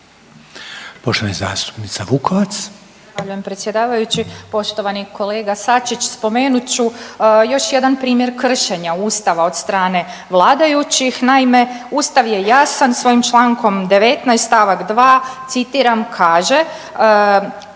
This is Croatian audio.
Poštovana zastupnica Vukovac.